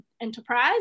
enterprise